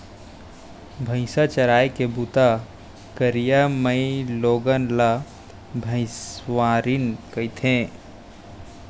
भईंसा चराय के बूता करइया माइलोगन ला भइंसवारिन कथें